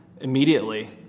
immediately